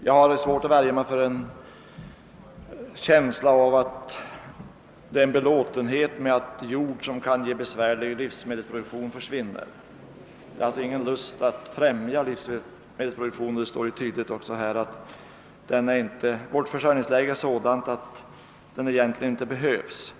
Jag har svårt att värja mig för känslan att man inom regeringen är belåten med att en del ur vissa synpunkter besvärlig jord försvinner ur livsmedelsproduktionen. Regeringen har med andra ord ingen lust att främja den produktionen. Statsrådet säger ju också att vårt försörjningsläge är sådant att en del jord egentligen inte behövs längre.